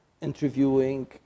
interviewing